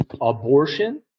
abortion